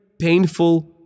Painful